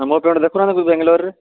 ମୋ ପାଇଁ ଗୋଟେ ଦେଖୁନାହାନ୍ତି ବାଙ୍ଗାଲୋରରେ